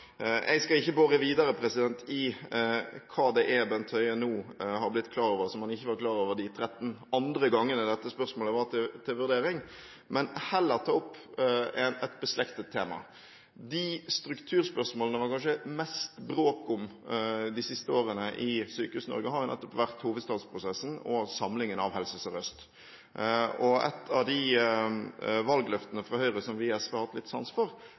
Jeg skal ikke bore videre i hva det er Bent Høie nå har blitt klar over, som han ikke var klar over de 13 andre gangene dette spørsmålet var til vurdering, men heller ta opp et beslektet tema. De strukturspørsmålene det kanskje har vært mest bråk om de siste årene i Sykehus-Norge, har vært nettopp hovedstadsprosessen og samlingen av Helse Sør-Øst. Et av valgløftene fra Høyre som vi i SV har hatt litt sans for,